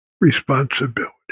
responsibility